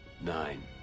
Nine